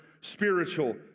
spiritual